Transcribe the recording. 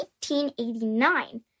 1889